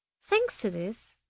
thanks to this,